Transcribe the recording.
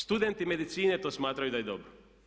Studenti medicine to smatraju da je dobro.